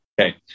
Okay